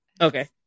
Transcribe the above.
Okay